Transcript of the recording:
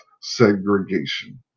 segregation